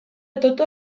tota